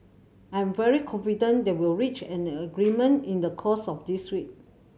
I am very confident that we'll reach an agreement in the course of this week